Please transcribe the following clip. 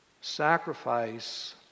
sacrifice